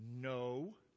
no